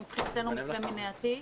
שמבחינתנו הוא מתווה מניעתי,